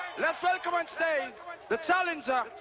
let's welcome on stage the challenger.